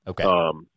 Okay